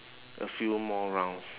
a few more rounds